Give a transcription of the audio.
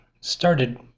started